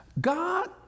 God